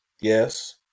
yes